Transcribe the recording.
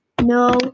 No